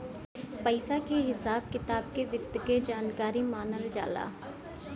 पइसा के हिसाब किताब के वित्त के जानकारी मानल जाला